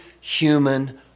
human